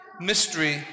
mystery